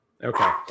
Okay